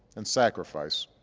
and sacrifice,